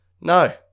No